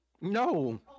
No